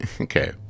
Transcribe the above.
okay